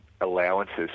allowances